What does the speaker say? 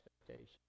expectations